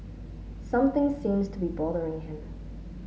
something seems to be bothering him